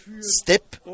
step